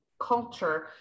culture